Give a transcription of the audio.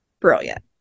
brilliant